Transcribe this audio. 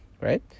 right